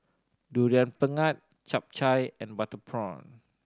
Durian Pengat Chap Chai and butter prawn